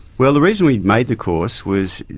well the reason we made the course was,